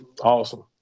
Awesome